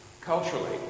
Culturally